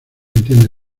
entiende